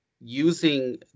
using